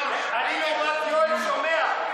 לעומת יואל, שומע.